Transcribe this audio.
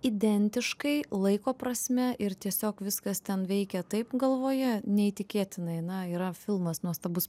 identiškai laiko prasme ir tiesiog viskas ten veikia taip galvoje neįtikėtinai na yra filmas nuostabus